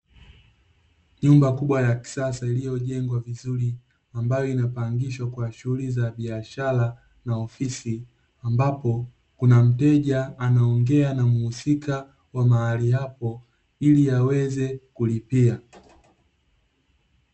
Nyumba kubwa ya kisasa iliyojengwa vizuri ambayo inapangishwa kwa shughuli za biashara na ofisi, ambapo kuna mteja anaongea na mhusika wa mahali hapo ili aweze kulipia.